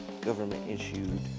government-issued